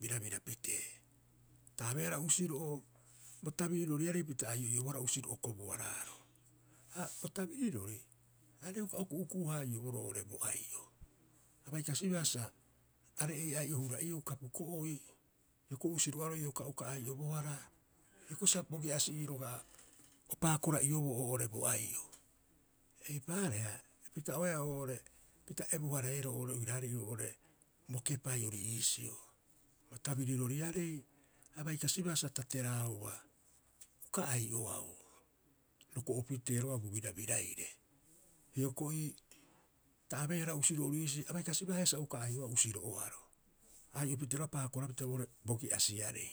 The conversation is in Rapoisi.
birabira pitee. Ta abeehara usiro'o, bo tabiriroriarei pita ai'o'iobohara usiro'o kobuaraaro. Ha bo tabirirori aarei uka o ku'uku'u- haa'ioboroo oo'ore bo ai'o. A bai ksibaa sa are'ei ai'o hura'iou kapuko'oi hioko'i usiro'oaro ioka uka ai'obohara, hioko'i sa bogi'asi'ii roga'a oo paakora'ioboo oo'ore bo ai'o. Eipaareha pita'oeaa oo'ore pita ebu- hareero oo'ore oiraarei oo'ore bo kepai ori iisio. Bo tabiriroriarei a bai kasibaa sa tateraauba uka ai'oau, roko'o pitee roga'a bo birabiraire. Hioko'i ta abeehara usiro'o ori iisi, a bai kasibaa haia sa uka ai'oau usiro'oaro, ai'o pitee roga'a paakorapita oo'ore bo gi'asiarei.